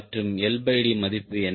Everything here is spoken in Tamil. மற்றும் LD மதிப்பு என்ன